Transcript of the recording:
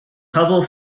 hubble